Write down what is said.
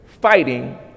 fighting